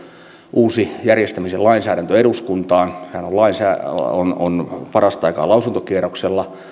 uusi järjestämisen lainsäädäntö eduskuntaan sehän on parasta aikaa lausuntokierroksella